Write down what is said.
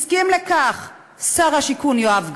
הסכים לכך שר הבינוי והשיכון יואב גלנט,